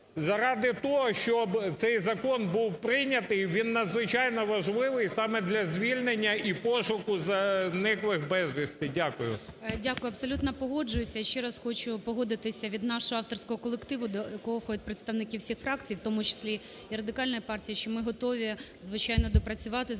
заради того, щоб цей закон був прийнятий, він надзвичайно важливий саме для звільнення і пошуку зниклих без вісті. Дякую. ГОЛОВУЮЧИЙ. Дякую. Абсолютно погоджуюся. Ще раз хочу погодитися від нашого авторського колективу, до якого входять представники всіх фракцій, в тому числі і Радикальної партії, що ми готові звичайно допрацювати